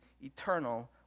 eternal